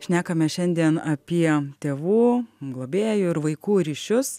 šnekamės šiandien apie tėvų globėjų ir vaikų ryšius